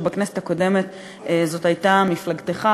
שבכנסת הקודמת זאת הייתה מפלגתך,